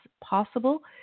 possible